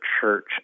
church